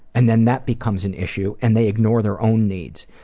and then that becomes an issue and they ignore their own needs.